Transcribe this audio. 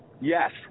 Yes